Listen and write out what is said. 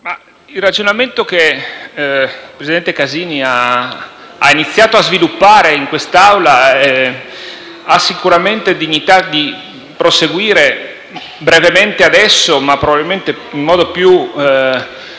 il ragionamento che il presidente Casini ha iniziato a sviluppare in Assemblea ha sicuramente dignità di proseguire, brevemente adesso, ma probabilmente in modo più